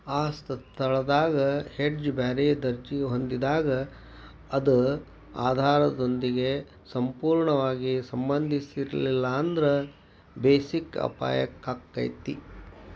ಆ ಸ್ಥಳದಾಗ್ ಹೆಡ್ಜ್ ಬ್ಯಾರೆ ದರ್ಜಿ ಹೊಂದಿದಾಗ್ ಅದ ಆಧಾರದೊಂದಿಗೆ ಸಂಪೂರ್ಣವಾಗಿ ಸಂಬಂಧಿಸಿರ್ಲಿಲ್ಲಾಂದ್ರ ಬೆಸಿಕ್ ಅಪಾಯಾಕ್ಕತಿ